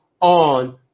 on